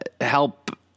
help